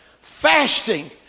fasting